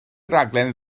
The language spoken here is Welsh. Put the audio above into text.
raglen